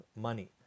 money